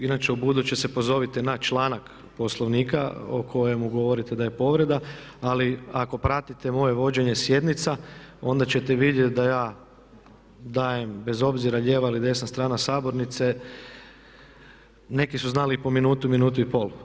Inače ubuduće se pozovite na članak Poslovnika o kojemu govorite da je povreda ali ako pratite moje vođenje sjednica onda ćete vidjeti da ja dajem bez obzira lijeva ili desna strana sabornice, neki su znali i po minutu, minutu i pol.